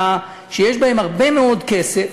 שיש בהם הרבה מאוד כסף,